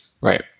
right